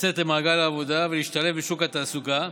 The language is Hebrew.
לצאת למעגל העבודה ולהשתלב בשוק התעסוקה.